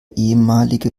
ehemalige